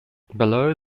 below